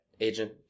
agent